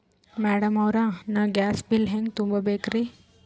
Madam ಅವ್ರ, ನಾ gas bill ಹೆಂಗ ತುಂಬಾ ಬೇಕ್ರಿ?